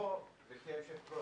(היו"ר מיקי חיימוביץ,